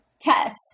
test